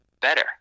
better